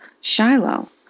Shiloh